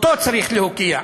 אותו צריך להוקיע.